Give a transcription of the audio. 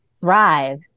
thrive